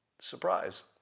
Surprise